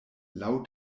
laŭ